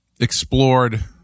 explored